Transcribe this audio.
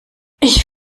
ich